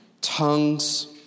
tongues